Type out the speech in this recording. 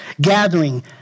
gathering